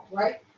right